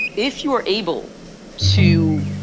if you're able to